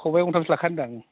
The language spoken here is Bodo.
खबाइ गंथामसो लाखा होनदां